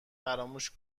فراموش